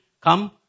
come